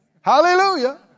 Hallelujah